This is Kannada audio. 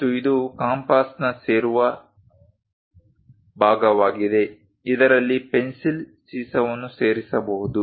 ಮತ್ತು ಇದು ಕಾಂಪಾಸ್ನ ಸೇರುವ ಭಾಗವಾಗಿದೆ ಇದರಲ್ಲಿ ಪೆನ್ಸಿಲ್ ಸೀಸವನ್ನು ಸೇರಿಸಬಹುದು